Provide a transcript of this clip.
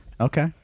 Okay